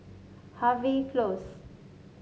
Harvey Close